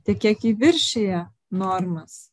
tie kiekiai viršija normas